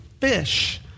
fish